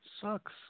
Sucks